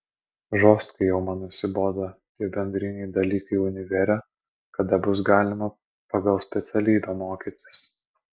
žostkai jau man nusibodo tie bendriniai dalykai univere kada bus galima pagal specialybę mokytis